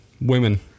women